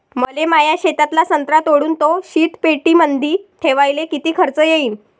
मले माया शेतातला संत्रा तोडून तो शीतपेटीमंदी ठेवायले किती खर्च येईन?